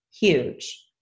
huge